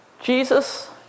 Jesus